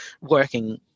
working